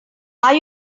are